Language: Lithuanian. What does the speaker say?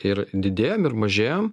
ir didėjom ir mažėjom